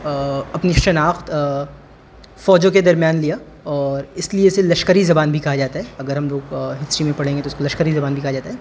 اپنی شناخت فوجوں کے درمیان لیا اور اس لیے سے لشکری زبان بھی کہا جاتا ہے اگر ہم لوگ ہسٹری میں پڑھیں گے تو اس کو لشکری زبان بھی کہا جاتا ہے